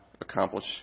accomplish